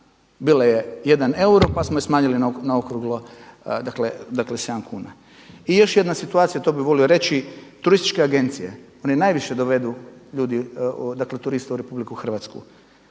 Bila je jedan euro pa smo je smanjili na okruglo, dakle 7 kuna. I još jedna situacija to bih volio reći turističke agencije. One najviše dovedu ljudi, dakle turista u Republiku Hrvatsku.